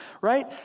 right